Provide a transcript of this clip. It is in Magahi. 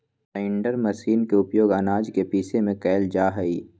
राइण्डर मशीर के उपयोग आनाज के पीसे में कइल जाहई